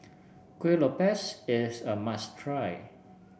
Kueh Lopes is a must try